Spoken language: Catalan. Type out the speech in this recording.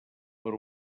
per